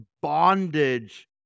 bondage